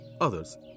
others